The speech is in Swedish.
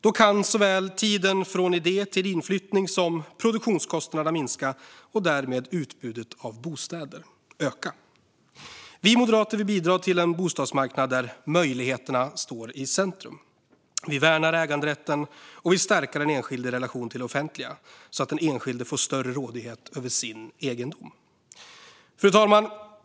Då kan såväl tiden från idé till inflyttning som produktionskostnaderna minska och utbudet av bostäder därmed öka. Vi moderater vill bidra till en bostadsmarknad där möjligheterna står i centrum. Vi värnar äganderätten och vill stärka den enskilde i relation till det offentliga, så att den enskilde får större rådighet över sin egendom. Fru talman!